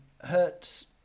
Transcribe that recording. Hertz